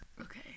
okay